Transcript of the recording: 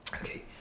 Okay